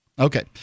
Okay